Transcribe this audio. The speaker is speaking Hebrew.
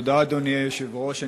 תודה, אדוני היושב-ראש.